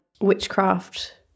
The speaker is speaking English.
witchcraft